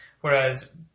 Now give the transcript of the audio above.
whereas